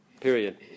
period